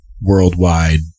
worldwide